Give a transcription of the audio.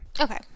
Okay